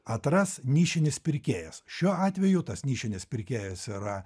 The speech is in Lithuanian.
atras nišinis pirkėjas šiuo atveju tas nišinis pirkėjas yra